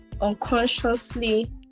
unconsciously